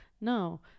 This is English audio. No